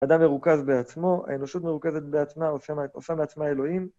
אדם מרוכז בעצמו, האנושות מרוכזת בעצמה עושה מעצמה אלוהים.